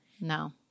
No